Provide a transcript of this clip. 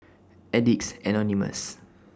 Addicts Anonymous